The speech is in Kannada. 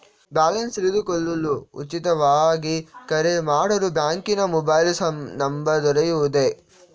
ಬ್ಯಾಲೆನ್ಸ್ ತಿಳಿದುಕೊಳ್ಳಲು ಉಚಿತವಾಗಿ ಕರೆ ಮಾಡಲು ಬ್ಯಾಂಕಿನ ಮೊಬೈಲ್ ನಂಬರ್ ದೊರೆಯುವುದೇ?